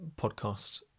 podcast